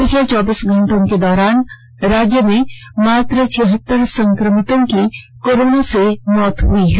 पिछले चौबीस घंटों के दौरान राज्य में मात्र छियहतर संक्रमितों की कोरोना से मौत हुई है